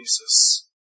Jesus